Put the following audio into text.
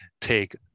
take